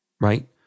right